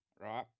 right